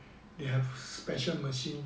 they have special machine